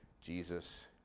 Jesus